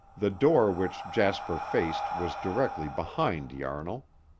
the door which jasper faced was directly behind yarnall.